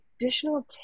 additional